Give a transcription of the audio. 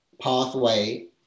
pathway